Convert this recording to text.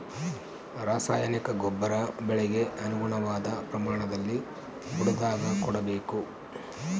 ರಾಸಾಯನಿಕ ಗೊಬ್ಬರ ಬೆಳೆಗೆ ಅನುಗುಣವಾದ ಪ್ರಮಾಣದಲ್ಲಿ ಬುಡದಾಗ ಕೊಡಬೇಕು